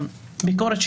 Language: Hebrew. ולמה